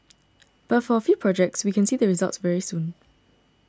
but for a few projects we can see the results very soon